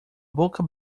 boca